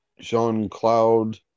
Jean-Claude